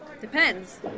Depends